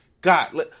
God